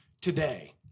today